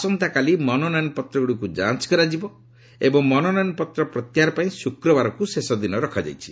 ଆସନ୍ତା କାଲି ମନୋନୟନପତ୍ରଗୁଡ଼ିକୁ ଯାଞ୍ଚ କରାଯିବ ଏବଂ ମନୋନୟନ ପତ୍ର ପ୍ରତ୍ୟାହାର ପାଇଁ ଶୁକ୍ରବାରକୁ ଶେଷ ଦିନ ରଖାଯାଇଛି